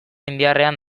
indiarrean